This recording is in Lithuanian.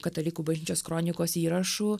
katalikų bažnyčios kronikos įrašų